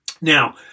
Now